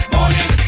Morning